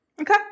Okay